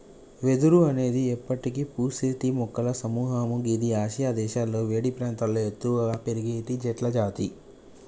వెదురు అనేది ఎప్పటికి పూసేటి మొక్కల సముహము గిది ఆసియా దేశాలలో వేడి ప్రాంతాల్లో ఎత్తుగా పెరిగేటి చెట్లజాతి